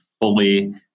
fully